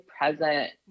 present